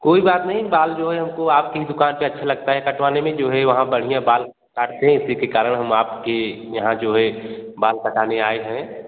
कोई बात नहीं बाल जो है हमको आपके ही दुकान पे अच्छा लगता है कटवाने में जो है वहाँ बढ़िया बाल काटते हैं इसी के कारण हम आपके यहाँ जो हैं बाल काटने आए हैं